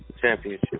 championship